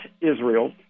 Israel